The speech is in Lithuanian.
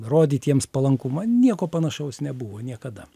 rodyt jiems palankumą nieko panašaus nebuvo niekada